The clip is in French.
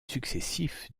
successifs